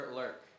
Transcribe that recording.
lurk